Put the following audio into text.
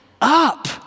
up